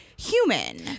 human